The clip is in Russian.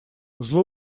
зло